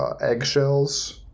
eggshells